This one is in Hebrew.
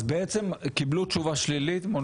אז בעצם קיבלו תשובה שלילית.